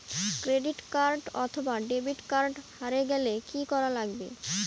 Credit card অথবা debit card হারে গেলে কি করা লাগবে?